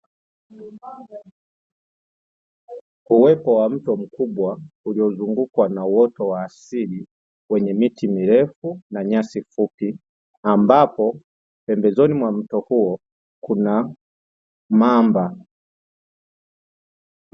Uwepo wa mto mkubwa uliozungukwa na uoto wa asili wenye miti mirefu na nyasi fupi, ambapo pembezoni mwa mto huo kuna mamba.